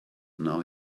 now